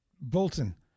Bolton